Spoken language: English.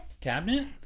Cabinet